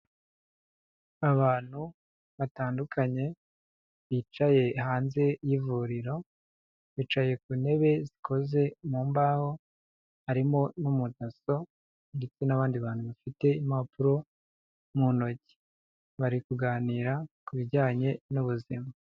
Abantu batandukanye bicaye hanze y'ivuriro, bicaye ku ntebe zikoze mu mbaho, harimo n'umudaso ndetse n'abandi bantu bafite impapuro mu ntoki, bari kuganira ku bijyanye n'ubuzima.